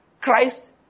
Christ